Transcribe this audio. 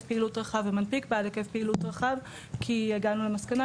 פעילות רחב ומנפיק בעל היקף פעילות רחב כי הגענו למסקנה